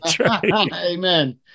Amen